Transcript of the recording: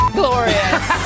glorious